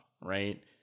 right